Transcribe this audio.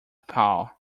pal